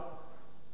של ראש הממשלה,